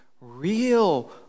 real